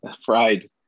Fried